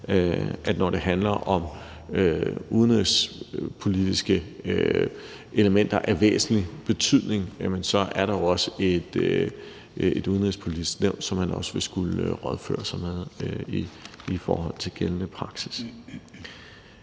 når det handler om udenrigspolitiske elementer af væsentlig betydning, også er et Udenrigspolitisk Nævn, som man også vil skulle rådføre sig med i forhold til gældende praksis.